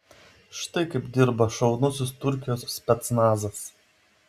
štai kaip dirba šaunusis turkijos specnazas